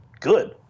good